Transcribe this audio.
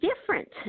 different